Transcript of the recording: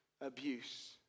abuse